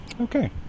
Okay